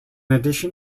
addition